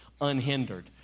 unhindered